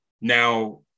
Now